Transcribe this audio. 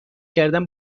کردن